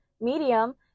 medium